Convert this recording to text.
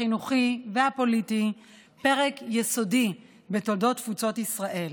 החינוכי והפוליטי פרק יסודי בתולדות תפוצות ישראל.